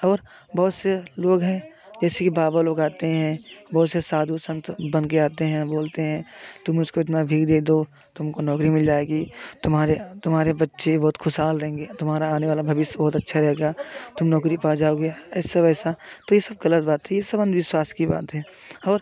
और बहुत से लोग हैं जैसे कि बाबा लोग आते हैं बहुत से साधु संत बनके आते हैं बोलते हैं तुम उसको इतना भीख दे दो तुमको नौकरी मिल जाएगी तुम्हारे तुम्हारे बच्चे बहुत खुशहाल रहेंगे तुम्हारा आने वाला भविष्य बहुत अच्छा रहेगा तुम नौकरी पा जाओगे ऐसा वैसा तो ये सब ग़लत बात थी ये सब अंधविश्वास की बात है और